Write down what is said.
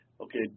okay